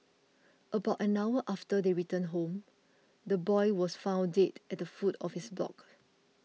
about an hour after they returned home the boy was found dead at the foot of his block